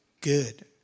good